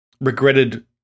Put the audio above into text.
regretted